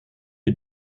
est